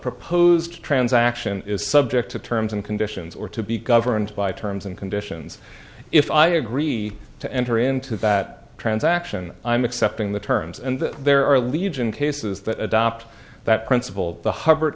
proposed transaction is subject to terms and conditions or to be governed by terms and conditions if i agree to enter into that transaction i'm accepting the terms and there are legion cases that adopt that principle the hubb